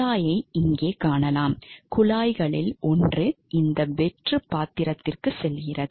குழாயை இங்கே காணலாம் குழாய்களில் ஒன்று இந்த வெற்று பாத்திரத்திற்கு செல்கிறது